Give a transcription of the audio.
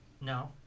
No